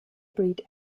breed